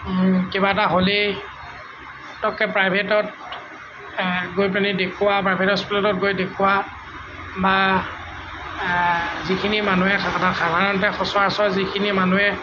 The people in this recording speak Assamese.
কিবা এটা হ'লেই পতককৈ প্ৰাইভেটত গৈ পেলাই দেখুওৱা প্ৰাইভেট হস্পিতালত গৈ দেখুওৱা বা যিখিনি মানুহে এটা কথা সাধাৰণতে সচৰাচৰ যিখিনি মানুহে